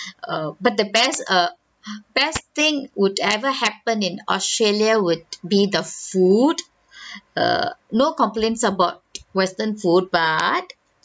err but the best err best thing would ever happen in australia would be the food err no complaints about western food but